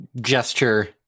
gesture